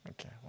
Okay